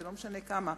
זה לא משנה כמה,